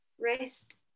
rest